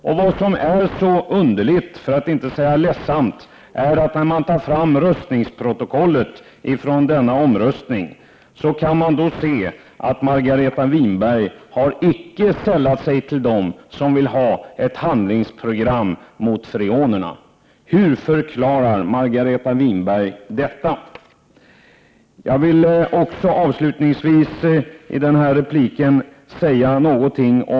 Det som är så underligt, för att inte säga ledsamt, är att det av röstningsprotokollet från denna omröstning framgår att Margareta Winberg icke sällade sig till dem som vill ha ett handlingsprogram mot freonerna. Hur förklarar Margareta Winberg detta?